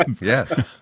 yes